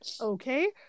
okay